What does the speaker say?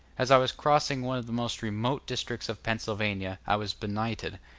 as i was crossing one of the most remote districts of pennsylvania i was benighted,